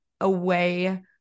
away